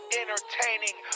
entertaining